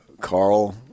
Carl